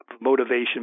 motivation